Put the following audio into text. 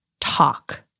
talk